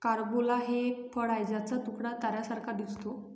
carambola हे एक फळ आहे ज्याचा तुकडा ताऱ्यांसारखा दिसतो